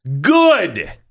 Good